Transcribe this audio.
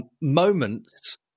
moments